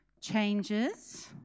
changes